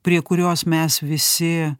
prie kurios mes visi